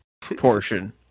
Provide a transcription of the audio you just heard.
portion